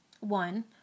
one